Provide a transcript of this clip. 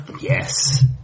Yes